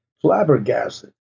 flabbergasted